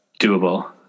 doable